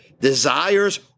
desires